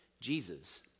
Jesus